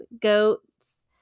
goats